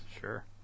Sure